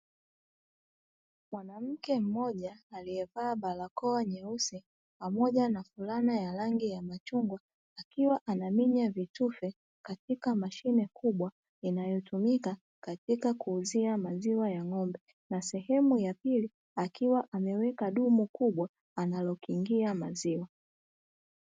Mwanamke mmoja aliye vaa barakoa nyeusi pamoja na fulana ya rangi ya machungwa, akiwa anaminya vitufe katika mashine kubwa, inayo tumika katika kuuzia maziwa ya ng'ombe. Na sehemu ya pili akiwa ameweka dumu kubwa analokingia maziwa.